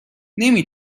نمی